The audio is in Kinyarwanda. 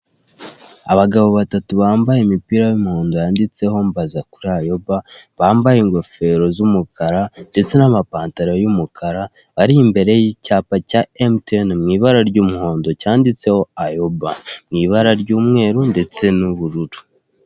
Abagabo batatu bambaye imipira y'umuhondo yanditseho mbaza kuri ayoba bambaye ingofero z'umukara ndetse n'amapantaro y'umukara bari imbere y'icyapa cya emutiyeni mu ibara ry'umuhondo cyanditseho ayoba mu ibara ry'umweru ndetse n'ubururu.